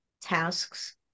tasks